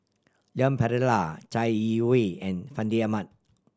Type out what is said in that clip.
Leon Perera Chai Yee Wei and Fandi Ahmad